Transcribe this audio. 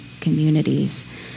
communities